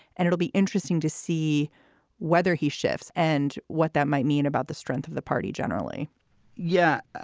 and it'll be interesting to see whether he shifts and what that might mean about the strength of the party generally yeah,